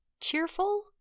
cheerful